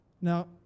Now